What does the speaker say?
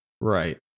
Right